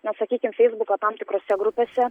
na sakykim feisbuko tam tikrose grupėse